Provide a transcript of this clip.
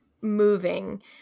moving